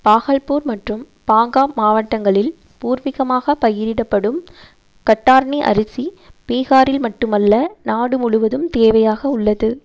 பாகல்பூர் மற்றும் பாங்கா மாவட்டங்களில் பூர்வீகமாக பயிரிடப்படும் கட்டார்னி அரிசி பீஹாரில் மட்டுமல்ல நாடு முழுவதும் தேவையாக உள்ளது